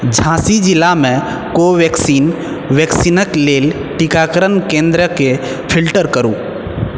झाँसी जिलामे कोवेक्सिन वैक्सीनक लेल टीकाकरण केंद्रके फिल्टर करु